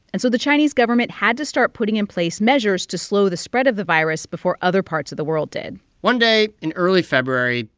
and so the chinese government had to start putting in place measures to slow the spread of the virus before other parts of the world did one day in early february,